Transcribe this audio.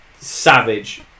savage